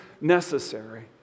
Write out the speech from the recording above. necessary